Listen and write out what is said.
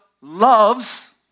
loves